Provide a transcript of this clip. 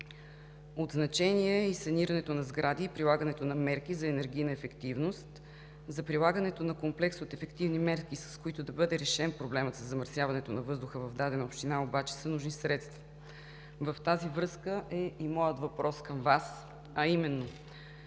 От значение е и санирането на сгради, и прилагането на мерки за енергийна ефективност. За прилагането на комплекс от ефективни мерки, с които да бъде решен проблемът със замърсяването на въздуха в дадена община обаче, са нужни средства. В тази връзка е и моят въпрос към Вас, а именно: